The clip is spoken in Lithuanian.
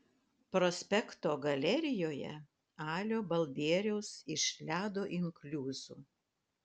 prospekto galerijoje alio balbieriaus iš ledo inkliuzų